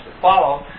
follow